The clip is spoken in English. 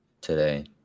today